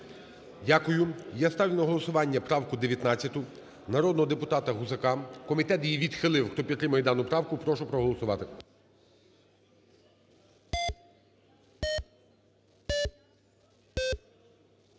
Дякую. Я ставлю на голосування правку 19 народного депутата Гусака. Комітет її відхилив. Хто підтримує дану правку, прошу проголосувати.